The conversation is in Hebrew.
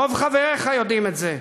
רוב חבריך יודעים את זה,